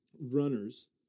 runners